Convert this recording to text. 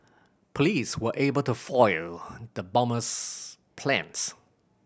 police were able to foil the bomber's plans